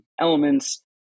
elements